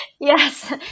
yes